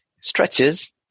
stretches